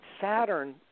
Saturn